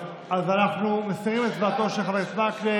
אז אנחנו מסירים את הצבעתו של חבר הכנסת מקלב.